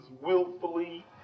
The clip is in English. willfully